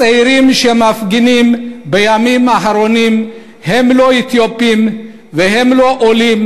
הצעירים שמפגינים בימים האחרונים הם לא אתיופים והם לא עולים,